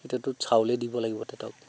এতিয়াটোত চাউলেই দিব লাগিব তেহেঁতক